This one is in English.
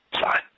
Fine